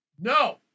no